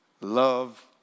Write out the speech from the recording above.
Love